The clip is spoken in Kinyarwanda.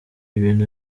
ibintu